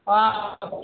हां